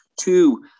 Two